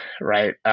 right